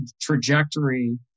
trajectory